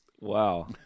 Wow